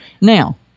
Now